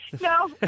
No